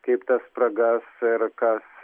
kaip tas spragas ir kas